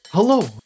Hello